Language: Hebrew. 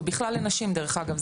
ובכלל לנשים דרך אגב,